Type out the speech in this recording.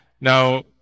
Now